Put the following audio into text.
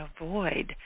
avoid